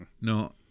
No